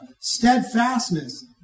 steadfastness